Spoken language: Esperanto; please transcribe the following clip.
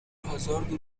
hazardo